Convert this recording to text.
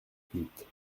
huit